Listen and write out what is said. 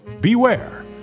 Beware